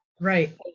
Right